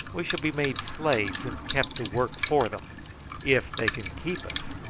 we shall be made slaves and kept to work for them if they can keep us!